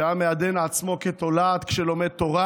שהיה מעדן עצמו כתולעת כשלומד תורה